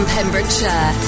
Pembrokeshire